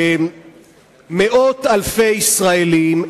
מאות אלפי ישראלים,